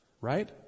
Right